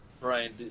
Ryan